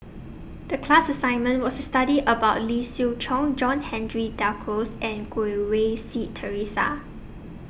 The class assignment was study about Lee Siew Choh John Henry Duclos and Goh Rui Si Theresa